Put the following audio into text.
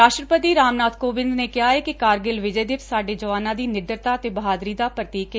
ਰਾਸ਼ਟਰਪਤੀ ਰਾਮਨਾਬ ਕੋਵਿੰਦ ਨੇ ਕਿਹਾ ਏ ਕਿ ਕਾਰਗਿਲ ਵਿਜੈ ਦਿਵਸ ਸਾਡੇ ਜਵਾਨਾਂ ਦੀ ਨਿਡਰਤਾ ਤੇ ਬਹਾਦਰੀ ਦਾ ਪ੍ਰਤੀਕ ਏ